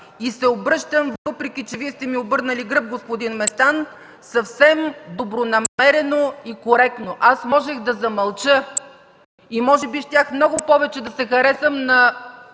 това. Обръщам се, въпреки че Вие сте ми обърнали гръб, господин Местан, съвсем добронамерено и коректно. Аз можех да замълча и може би щях много повече да се харесам на